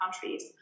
countries